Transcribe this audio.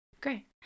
Great